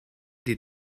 die